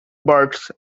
birds